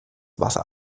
wasser